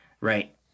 right